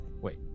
Wait